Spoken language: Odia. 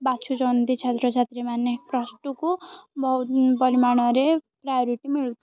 ବାଛୁଛନ୍ତି ଛାତ୍ରଛାତ୍ରୀମାନେ ପ୍ଲସ୍ ଟୁ କୁ ବହୁତ ପରିମାଣରେ ପ୍ରାୟୋରିଟି ମିଳୁଛି